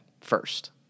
first